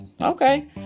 okay